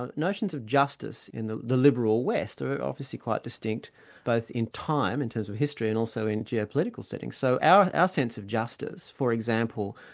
ah notions of justice in the the liberal west are obviously quite distinct both in time in terms of history and also in geopolitical settings. so our ah sense of justice for example,